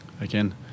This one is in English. again